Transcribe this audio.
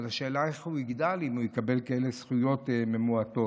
אבל השאלה היא איך הוא יגדל אם הוא יקבל כאלה זכויות ממועטות.